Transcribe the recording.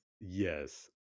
Yes